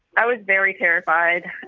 i was very terrified.